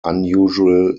unusual